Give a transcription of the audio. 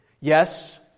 Yes